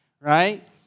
Right